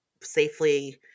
safely